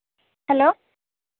hello